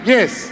Yes